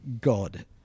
God